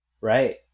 Right